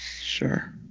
Sure